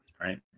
right